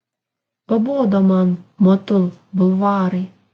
pabodo man motul bulvarai